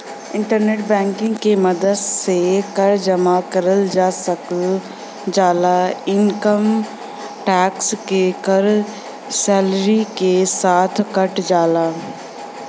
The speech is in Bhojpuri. इंटरनेट बैंकिंग के मदद से कर जमा करल जा सकल जाला इनकम टैक्स क कर सैलरी के साथ कट जाला